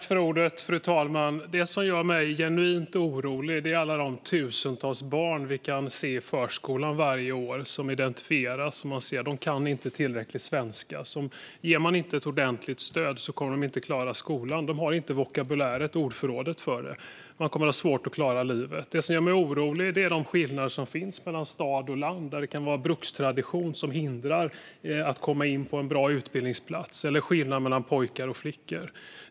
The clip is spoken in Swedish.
Fru talman! Det som gör mig genuint orolig är alla de tusentals barn som vi kan se i förskolan varje år som identifieras. De kan inte tillräcklig svenska. Ger man inte ett ordentligt stöd kommer de inte att klara skolan. De har inte vokabulären, ordförrådet, för det. De kommer att ha svårt att klara livet. Det som gör mig orolig är de skillnader som finns mellan stad och land. Det kan vara en brukstradition som hindrar att elever kommer in på en bra utbildningsplats eller skillnader mellan pojkar och flickor.